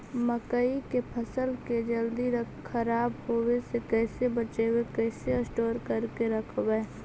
मकइ के फ़सल के जल्दी खराब होबे से कैसे बचइबै कैसे स्टोर करके रखबै?